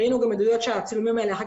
ראינו גם עדויות שהצילומים האלה אחר